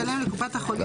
לקופת החולים את